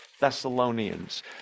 Thessalonians